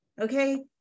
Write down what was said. okay